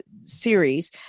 series